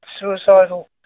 suicidal